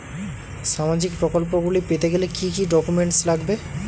সামাজিক প্রকল্পগুলি পেতে গেলে কি কি ডকুমেন্টস লাগবে?